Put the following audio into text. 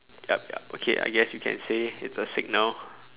yup yup okay I guess you can say it's a signal